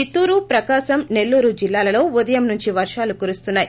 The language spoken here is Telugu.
చిత్తూరుప్రకాశం సెల్లూరు జిల్లాలలో ఉదయం నుంచి వర్గాలు కురుస్తున్నాయి